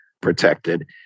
protected